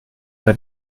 ben